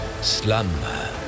Slumber